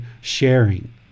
Sharing